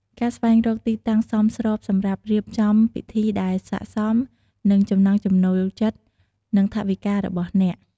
ការស្វែងរកទីតាំងសមស្របសម្រាប់រៀបចំពិធីដែលស័ក្តិសមនឹងចំណង់ចំណូលចិត្ត និងថវិការបស់អ្នក។